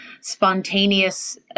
spontaneous